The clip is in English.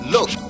Look